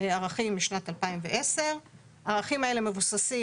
ערכים משנת 2010. הערכים האלה מבוססים